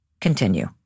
continue